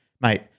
mate